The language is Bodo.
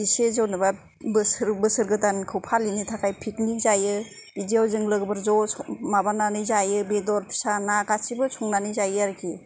इसे जेन'बा बोसोर गोदानखौ फालिनो थाखाय पिकनिक जायो बेदियाव जों लोगोफोर ज' माबानानै जायो बेदर फिसा ना गासिबो संनानै जायो आरोखि